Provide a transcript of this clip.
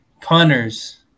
punters